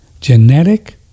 genetic